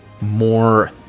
more